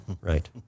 Right